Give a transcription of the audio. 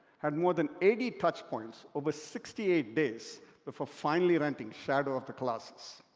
had more than eighty touchpoints over sixty eight days before finally renting shadow of the colossus.